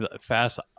fast